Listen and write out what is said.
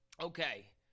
Okay